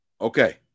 Okay